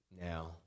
Now